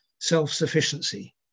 self-sufficiency